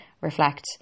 reflect